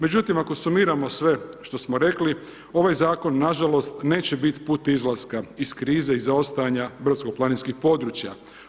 Međutim, ako sumiramo sve što smo rekli, ovaj Zakon, nažalost, neće biti put izlaska iz krize i zaostajanja brdsko planinskih područja.